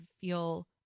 feel